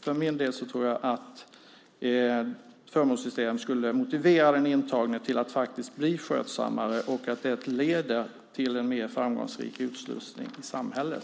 För egen del tror jag att ett förmånssystem skulle motivera den intagne att bli skötsammare, vilket i sin tur skulle leda till en mer framgångsrik utslussning i samhället.